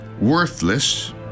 worthless